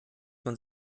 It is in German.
man